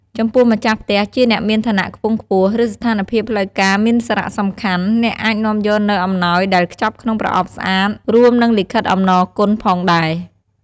ចំពោះម្ចាស់ផ្ទះជាអ្នកមានឋានៈខ្ពង់ខ្ពស់ ឬស្ថានភាពផ្លូវការមានសារៈសំខាន់ អ្នកអាចនាំយកនូវអំណោយដែលខ្ចប់ក្នុងប្រអប់ស្អាត រួមនិងលិខិតអំណរគុណផងដែរ។